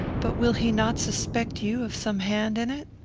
but will he not suspect you of some hand in it?